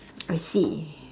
I see